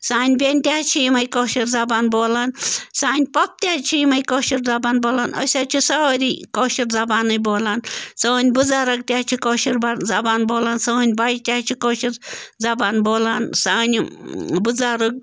سانہِ بٮ۪نہِ تہِ حظ چھِ یِمَے کٲشِر زبان بولان سانہِ پۅپھٕ تہِ حظ چھِ یِمَے کٲشِر زبان بولان أسۍ حظ چھِ سٲرِی کٲشِر زبانٕے بولان سٲنۍ بُزَرَگ تہِ حظ چھِ کٲشِر بہ زبان بولان سٲنۍ بَچہٕ تہِ حظ چھِ کٲشِر زبان بولان سانہِ بُزَرَگ